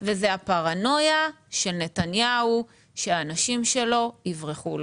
והיא הפרנויה של נתניהו שאנשים שלו יברחו לו.